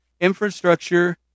infrastructure